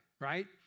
right